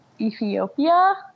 Ethiopia